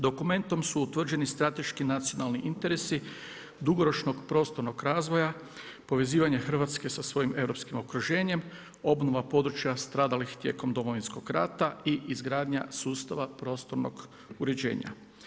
Dokumentom su utvrđeni strateški nacionalni interesi dugoročnog prostornog razvoja, povezivanje Hrvatske sa svojim europskim okruženjem, obnova područja stradalih tijekom Domovinskog rata i izgradnja sustava prostornog uređenja.